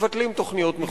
מבטלים תוכניות מחוזיות,